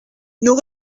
nous